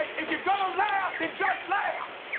if you're gonna laugh, then just laugh!